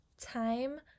time